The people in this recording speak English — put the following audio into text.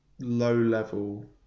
low-level